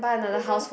goodness